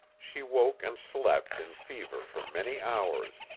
she woke and slept in fever for many hours,